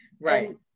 right